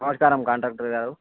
నమస్కారం కాంట్రాక్టర్ గారు